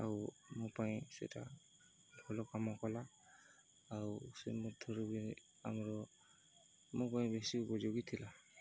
ଆଉ ମୋ ପାଇଁ ସେଟା ଭଲ କାମ କଲା ଆଉ ସେ ମଧ୍ୟରୁ ବି ଆମର ମୋ ପାଇଁ ବେଶୀ ଉପଯୋଗୀ ଥିଲା